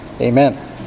Amen